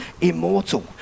immortal